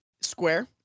Square